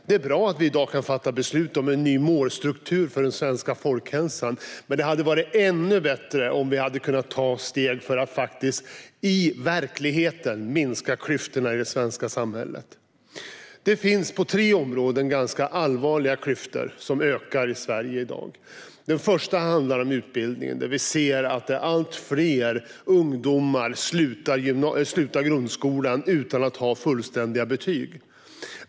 Det är bra att vi i dag kan fatta beslut om en ny målstruktur för den svenska folkhälsan, men det hade varit ännu bättre om vi hade kunnat ta steg för att i verkligheten minska klyftorna i det svenska samhället. Det finns på tre områden ganska allvarliga klyftor som ökar i Sverige i dag. Det första området är utbildningen. Vi ser att allt fler ungdomar slutar grundskolan utan att ha fullständiga betyg.